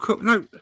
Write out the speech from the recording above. no